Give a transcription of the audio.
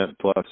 plus